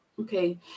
Okay